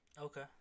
Okay